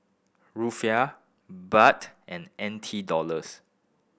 Rufiyaa Baht and N T Dollars